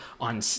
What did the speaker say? on